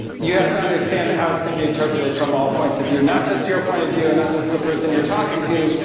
you have to understand how it's going to be interpreted from all points of view, not just your point of view and not just the person you're talking to,